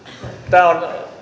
tämä on